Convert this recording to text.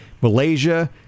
Malaysia